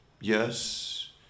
Yes